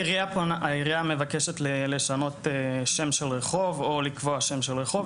העירייה מבקשת לשנות שם של רחוב או לקבוע שם של רחוב,